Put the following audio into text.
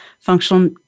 Functional